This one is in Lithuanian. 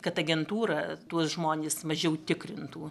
kad agentūra tuos žmones mažiau tikrintų